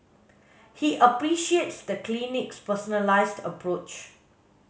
he appreciates the clinic's personalised approach